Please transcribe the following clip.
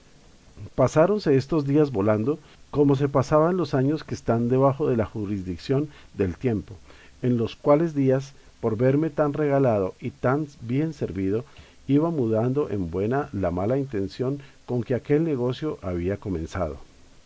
se derramaba pasáronse estos días volando como se pasan los años que están debajo de la jurisdición del tiempo en los cuales días por verme tan regalado y ta n bien servido iba mudando en buena la mala intención con que aquel negocio había comenzado